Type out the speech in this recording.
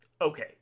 okay